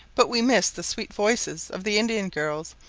but we missed the sweet voices of the indian girls,